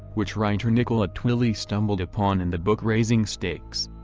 which writer nicola twilley stumbled upon in the book raising steaks.